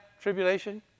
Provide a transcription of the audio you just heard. tribulation